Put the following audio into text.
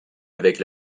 avec